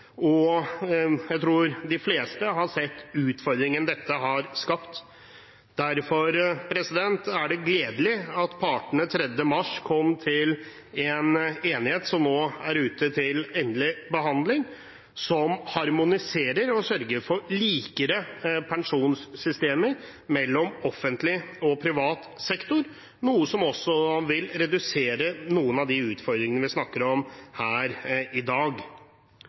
og jeg tror de fleste har sett utfordringen dette har skapt. Derfor er det gledelig at partene 3. mars kom frem til en enighet, som nå ligger ute til endelig behandling, som harmoniserer og sørger for likere pensjonssystemer mellom offentlig og privat sektor, noe som også vil redusere noen av de utfordringene vi snakker om her i dag.